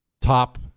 Top